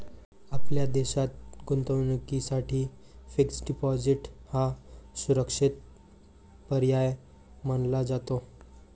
आपल्या देशात गुंतवणुकीसाठी फिक्स्ड डिपॉजिट हा सुरक्षित पर्याय मानला जातो